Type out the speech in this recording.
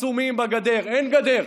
עצומים בגדר, אין גדר.